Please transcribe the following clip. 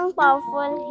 powerful